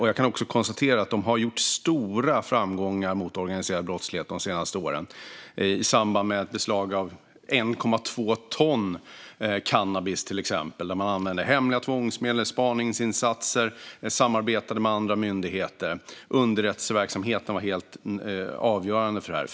Jag kan också konstatera att de har haft stora framgångar mot organiserad brottslighet de senaste åren, till exempel i samband med ett beslag av 1,2 ton cannabis, där man använde hemliga tvångsmedel, spaningsinsatser och samarbete med andra myndigheter. Underrättelseverksamheten var helt avgörande för detta.